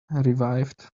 revived